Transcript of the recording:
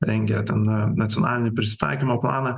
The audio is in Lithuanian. rengia ten nacionalinį prisitaikymo planą